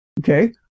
okay